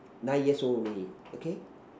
nine years only okay